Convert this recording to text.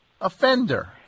offender